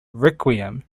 requiem